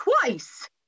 twice